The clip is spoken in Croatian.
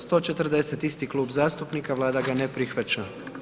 140, isti klub zastupnika, Vlada ga ne prihvaća.